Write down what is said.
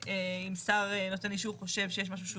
אם שר נותן אישור חושב שיש משהו שהוא